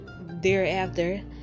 thereafter